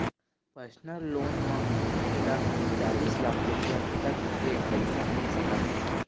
personal loan म मनखे ल चालीस लाख रूपिया तक के पइसा मिल सकत हे